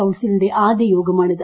കൌൺസിലിന്റെ ആദ്യ് യോഗമാണിത്